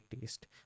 taste